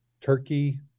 Turkey